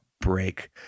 break